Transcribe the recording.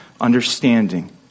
understanding